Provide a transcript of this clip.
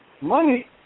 Money